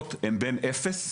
התוספות הן בין 0,